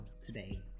today